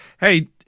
hey